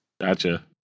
gotcha